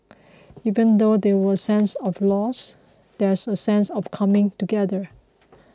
even though there will a sense of loss there is a sense of coming together